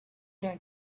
learn